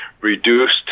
reduced